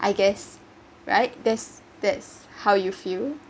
I guess right that’s that’s how you feel